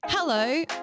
Hello